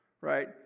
right